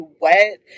wet